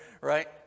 right